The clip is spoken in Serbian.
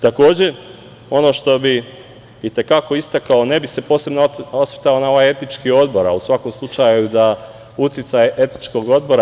Takođe, ono što bi i te kako istakao, ne bih se posebno osvrtao na ovaj etički odbor, ali u svakom slučaju uticaj etičkog odbora…